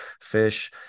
fish